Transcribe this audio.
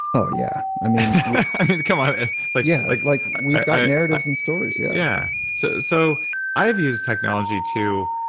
oh yeah. i mean i mean come on like yeah. like like we've got narratives and stories yeah yeah. so. so i have used technology to